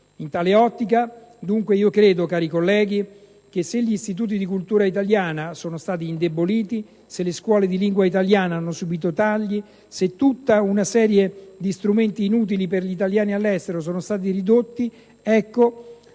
In tale ottica, cari colleghi, credo dunque che se gli istituti di cultura italiana sono stati indeboliti, se le scuole di lingua italiana hanno subito tagli, se tutta una serie di strumenti utili per gli italiani all'estero sono stati ridotti, ecco,